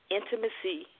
intimacy